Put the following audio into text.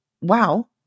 wow